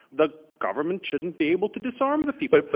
the government shouldn't be able to disarm the people.